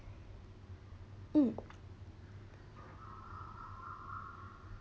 um